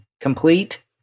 complete